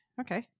Okay